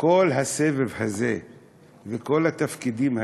שכל הסבב הזה וכל התפקידים האלה,